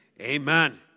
Amen